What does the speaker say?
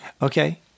Okay